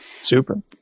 Super